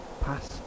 pass